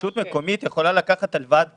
רשות מקומית יכולה לקחת הלוואת גישור.